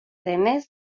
denez